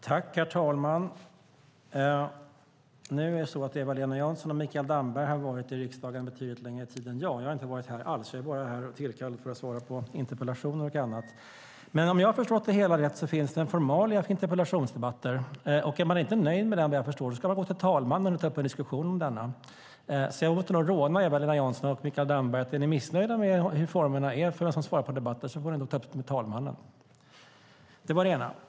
Herr talman! Eva-Lena Jansson och Mikael Damberg har varit i riksdagen betydligt längre tid än jag. Jag sitter inte i riksdagen alls utan är bara hitkallad för att svara på interpellationer och annat. Men om jag förstått det hela rätt finns det formalia för interpellationsdebatter. Är man inte nöjd med dem ska man, vad jag förstår, gå till talmannen och ta upp en diskussion om dessa. Om Eva-Lena Jansson och Mikael Damberg är missnöjda med formerna när det gäller vem som ska svara på interpellationer får jag råda dem att ta upp det med talmannen. Det var det ena.